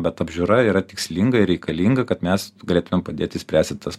bet apžiūra yra tikslinga ir reikalinga kad mes galėtumėm padėti spręsti tas